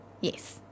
Yes